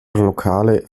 lokale